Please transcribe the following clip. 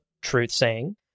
truth-saying